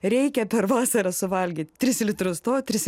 reikia per vasarą suvalgyt tris litrus to tris